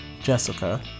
Jessica